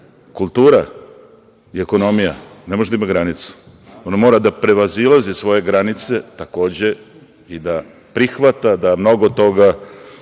kultura i ekonomija ne mogu da imaju granicu, one moraju da prevazilaze svoje granice, takođe, i da prihvataju da mnogo toga